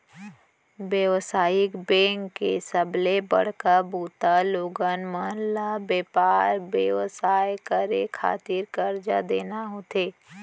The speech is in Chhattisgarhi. बेवसायिक बेंक के सबले बड़का बूता लोगन मन ल बेपार बेवसाय करे खातिर करजा देना होथे